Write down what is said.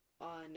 on